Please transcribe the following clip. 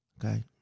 Okay